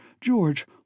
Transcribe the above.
George